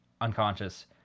unconscious